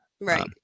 Right